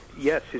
Yes